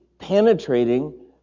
penetrating